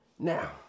Now